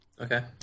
okay